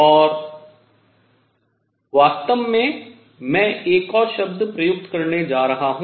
और वास्तव में मैं एक और शब्द प्रयुक्त करने जा रहा हूँ